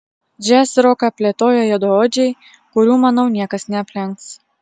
džiazroką plėtoja juodaodžiai kurių manau niekas neaplenks